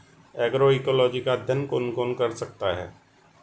Agroecology का अध्ययन कौन कौन कर सकता है?